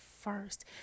first